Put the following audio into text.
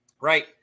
right